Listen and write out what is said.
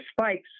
spikes